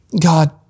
God